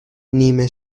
نیمه